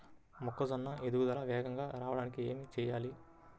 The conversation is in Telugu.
మొక్కజోన్న ఎదుగుదల వేగంగా రావడానికి ఏమి చెయ్యాలి?